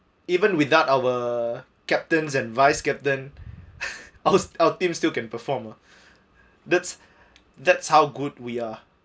even without our captains and vice captain our team our our team still can perform ah that's that's how good we are